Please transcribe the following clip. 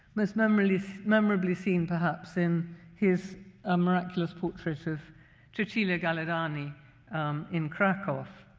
this memorably so memorably seen, perhaps, in his ah miraculous portrait of cecilia gallerani in krakow.